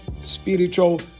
spiritual